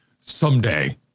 someday